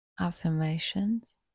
affirmations